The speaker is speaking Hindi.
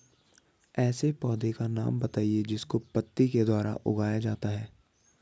ऐसे पौधे का नाम बताइए जिसको पत्ती के द्वारा उगाया जाता है